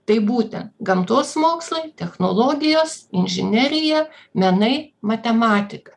tai būtent gamtos mokslai technologijos inžinerija menai matematika